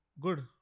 Good